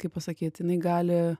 kaip pasakyt jinai gali